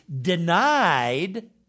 denied